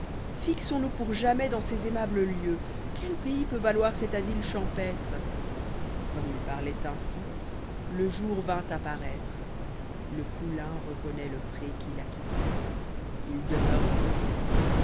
fixons nous pour jamais dans ces aimables lieux quel pays peut valoir cet asile champêtre comme il partait ainsi le jour vint à paraître le poulaitt reconnoît le pré qu'il a quitté il demeure confus